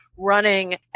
running